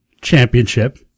championship